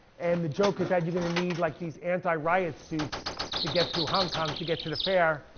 and the joke is that you're gonna need like these anti riot suits to get through hong kong to get to the fair.